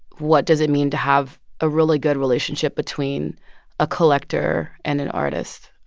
what does it mean to have a really good relationship between a collector and an artist?